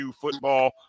Football